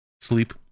Sleep